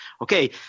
Okay